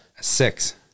Six